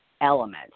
element